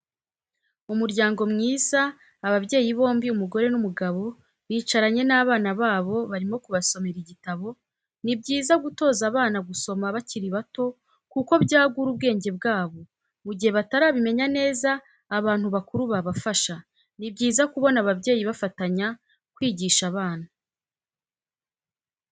Umuryango mwiza, ababyeyi bombi umugore n'umugabo, bicaranye n'abana babo barimo kubasomera igitabo, ni byiza gutoza abana gusoma bakiri bato kuko byagura ubwenge bwabo mu gihe batarabimenya neza abantu bakuru babafasha, ni byiza kubona ababyeyi bafatanya kwigisha abana.